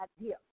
idea